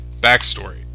backstory